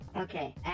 Okay